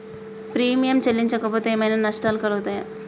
Premium చెల్లించకపోతే ఏమైనా నష్టాలు కలుగుతయా?